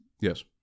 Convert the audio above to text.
Yes